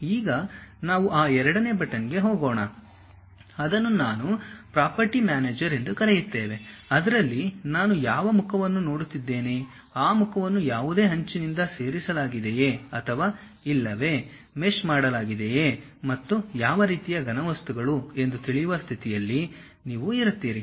ಈಗ ನಾವು ಆ ಎರಡನೇ ಬಟನ್ಗೆ ಹೋಗೋಣ ಅದನ್ನು ನಾವು ಪ್ರಾಪರ್ಟಿ ಮ್ಯಾನೇಜರ್ ಎಂದು ಕರೆಯುತ್ತೇವೆ ಅದರಲ್ಲಿ ನಾನು ಯಾವ ಮುಖವನ್ನು ನೋಡುತ್ತಿದ್ದೇನೆ ಆ ಮುಖವನ್ನು ಯಾವುದೇ ಅಂಚಿನಿಂದ ಸೇರಿಸಲಾಗಿದೆಯೆ ಅಥವಾ ಇಲ್ಲವೇ ಮೆಶ್ ಮಾಡಲಾಗಿದೆಯೆ ಮತ್ತು ಯಾವ ರೀತಿಯ ಘನವಸ್ತುಗಳು ಎಂದು ತಿಳಿಯುವ ಸ್ಥಿತಿಯಲ್ಲಿ ನೀವು ಇರುತ್ತೀರಿ